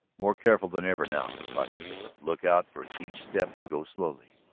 more careful than ever now, he cautioned her. look out for each step and go slowly.